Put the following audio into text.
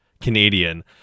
Canadian